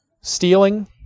stealing